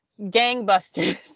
gangbusters